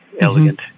elegant